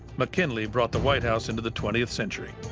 mckinley brought the white house into the twentieth century.